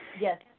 yes